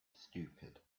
stupid